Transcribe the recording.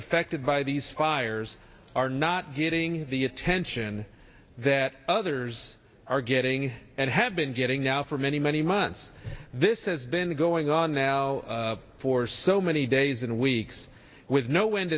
affected by these fires are not getting the attention that others are getting and have been getting now for many many months this has been going on now for so many days and weeks with no